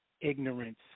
ignorance